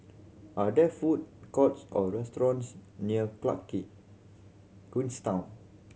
are there food courts or restaurants near queens town